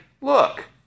Look